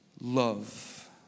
love